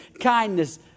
kindness